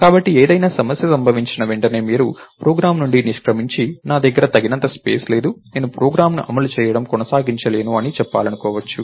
కాబట్టి ఏదైనా సమస్య సంభవించిన వెంటనే మీరు ప్రోగ్రామ్ నుండి నిష్క్రమించి నా దగ్గర తగినంత స్పేస్ లేదు నేను ప్రోగ్రామ్ని అమలు చేయడం కొనసాగించలేను అని చెప్పాలనుకోవచ్చు